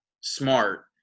smart